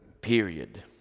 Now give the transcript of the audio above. period